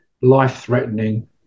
life-threatening